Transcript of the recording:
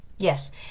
Yes